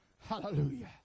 Hallelujah